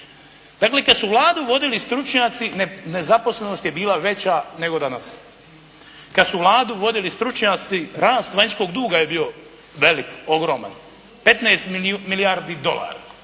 Dakle kad su Vladu vodili stručnjaci nezaposlenost je bila veća nego danas. Kad su Vladu vodili stručnjaci rast vanjskog duga je bio veliki, ogroman, 15 milijardi dolara.